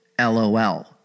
LOL